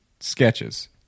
Sketches